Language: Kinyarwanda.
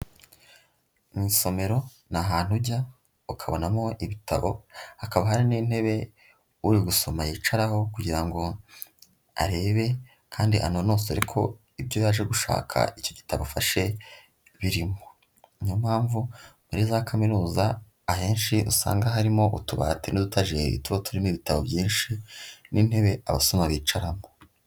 Mu isomero ni ahantu ujya ukabonamo ibitabo hakaba hari n'intebe uri gusoma yicaraho kugira ngo arebe kandi anonosore ko ibyo yaje gushaka icyo gitabo afashe birimo, niyo mpamvu muri za kaminuza ahenshi usanga harimo utubariti n'udutajeri tuba turimo ibitabo byinshi n'intebe abasoma bicaramo.